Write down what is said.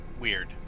weird